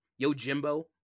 yojimbo